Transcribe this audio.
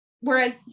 whereas